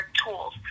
tools